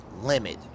limit